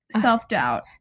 self-doubt